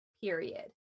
period